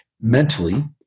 mentally